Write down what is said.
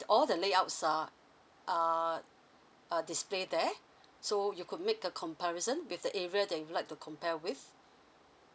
all the layouts are are uh displayed there so you could make a comparison with the area that you would like to compare with